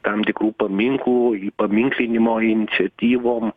tam tikrų paminklų paminklinimo iniciatyvom